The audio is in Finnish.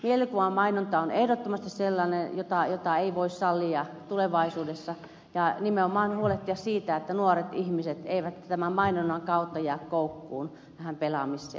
mielikuvamainonta on ehdottomasti sellainen jota ei voi sallia tulevaisuudessa ja nimenomaan tulee huolehtia siitä että nuoret ihmiset eivät tämän mainonnan kautta jää koukkuun pelaamiseen